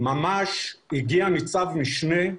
הגיע ניצב-משנה,